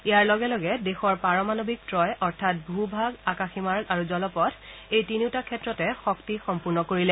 ইয়াৰ লগে লগে দেশৰ দেশৰ পাৰমাণৱিক ত্ৰয় অৰ্থাৎ ভূ ভাগ আকাশী মাৰ্গ আৰু জলপথ এই তিনিওটা ক্ষেত্ৰতে শক্তি সম্পূৰ্ণ কৰিলে